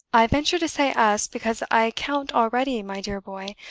i venture to say us, because i count already, my dear boy,